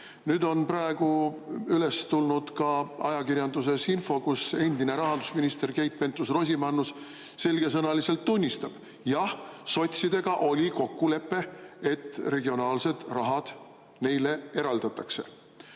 Nüüd on ajakirjanduses üles tulnud info, et endine rahandusminister Keit Pentus-Rosimannus selgesõnaliselt tunnistab: jah, sotsidega oli kokkulepe, et regionaalsed rahad neile eraldatakse.